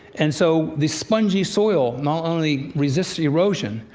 and so the spongy soil not only resists erosion,